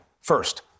First